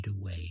away